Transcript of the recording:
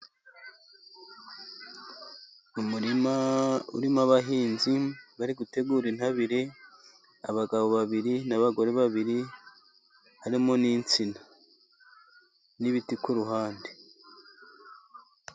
Umurima urimo abahinzi bari gutegura intabire, abagabo babiri n'abagore babiri, harimo n'insina, n'ibiti ku ruhande.